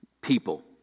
people